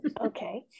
Okay